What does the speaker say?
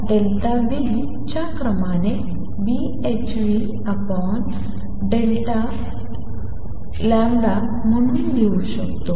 च्या क्रमाने Bhc म्हणून लिहू शकतो